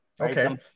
Okay